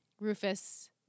Rufus